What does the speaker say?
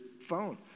phone